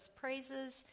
praises